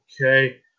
Okay